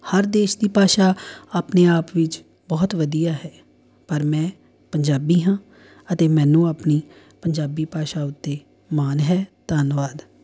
ਹਰ ਦੇਸ਼ ਦੀ ਭਾਸ਼ਾ ਆਪਣੇ ਆਪ ਵਿੱਚ ਬਹੁਤ ਵਧੀਆ ਹੈ ਪਰ ਮੈਂ ਪੰਜਾਬੀ ਹਾਂ ਅਤੇ ਮੈਨੂੰ ਆਪਣੀ ਪੰਜਾਬੀ ਭਾਸ਼ਾ ਉੱਤੇ ਮਾਣ ਹੈ ਧੰਨਵਾਦ